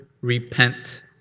repent